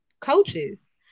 coaches